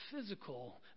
physical